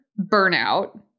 burnout